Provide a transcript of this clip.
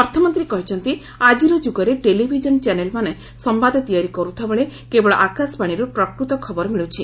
ଅର୍ଥମନ୍ତ୍ରୀ କହିଛନ୍ତି ଆଜିର ଯୁଗରେ ଟେଲିଭିଜନ ଚ୍ୟାନେଲମାନେ ସମ୍ଭାଦ ତିଆରି କରୁଥିବାବେଳେ କେବଳ ଆକାଶବାଣୀରୁ ପ୍ରକୃତ ଖବର ମିଳୁଛି